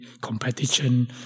competition